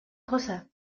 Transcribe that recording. cosa